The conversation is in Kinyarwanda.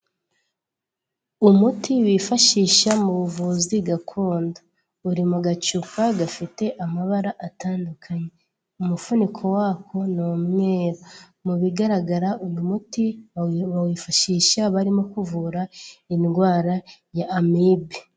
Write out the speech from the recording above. Umuti bifashisha mu buvuzi gakondo uri mu gacupa gafite amabara atandukanye, umuvuniko wako ni umweru, mu bigaragara uyu muti bawifashisha barimo kuvura indwara ya amibe.